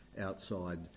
outside